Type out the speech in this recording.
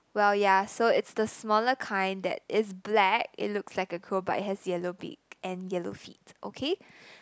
well yeah so it's the smaller kind that is black it looks like a crow but it has yellow beak and yellow feet okay